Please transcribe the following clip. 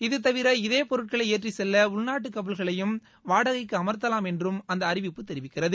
இதுதவிர இதே பொருட்களை ஏற்றிச்செல்ல உள்நாட்டு கப்பல்களையும் வாடகைக்கு அமர்த்தலாம் என்றும் அந்த அறிவிப்பு தெரிவிக்கிறது